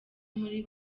muri